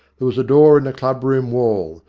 there was a door in the club-room wall,